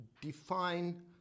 define